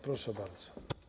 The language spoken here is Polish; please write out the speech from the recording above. Proszę bardzo.